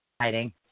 hiding